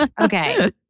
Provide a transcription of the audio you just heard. Okay